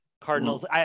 Cardinals